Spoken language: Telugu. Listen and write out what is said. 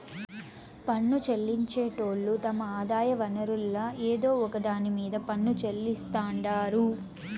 పన్ను చెల్లించేటోళ్లు తమ ఆదాయ వనరుల్ల ఏదో ఒక దాన్ని మీద పన్ను చెల్లిస్తాండారు